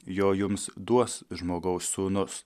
jo jums duos žmogaus sūnus